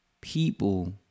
people